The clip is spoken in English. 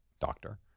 Doctor